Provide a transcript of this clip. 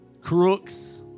Crooks